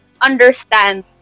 understand